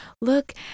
Look